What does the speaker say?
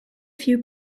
few